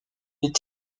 est